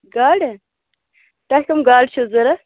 گاڈٕ تۄہہِ کم گاڈٕ چھو ضوٚرتھ